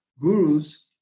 gurus